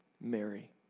Mary